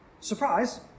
Surprise